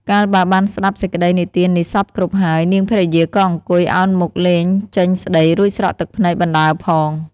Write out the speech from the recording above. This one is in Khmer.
កាលបើបានស្តាប់សេចក្ដីនិទាននេះសព្វគ្រប់ហើយ នាងភរិយាក៏អង្គុយអោនមុខលែងចេញស្តី រួចស្រក់ទឹកភ្នែកបណ្តើរផង។